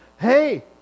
hey